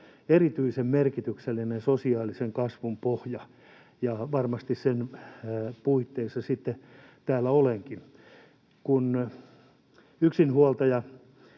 erityisen merkityksellinen sosiaalisen kasvun pohja, ja varmasti sen puitteissa sitten täällä olenkin. Kun yksinhuoltajaäidin